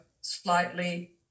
slightly